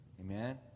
Amen